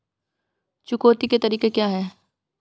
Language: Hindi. चुकौती के तरीके क्या हैं?